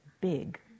big